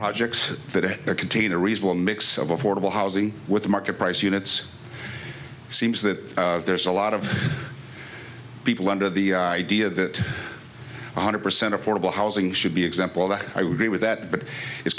projects that contain a reasonable mix of affordable housing with the market price units seems that there's a lot of people under the idea that one hundred percent affordable housing should be example that i would be with that but it's